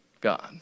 God